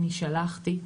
אני שלחתי,